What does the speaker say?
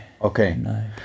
Okay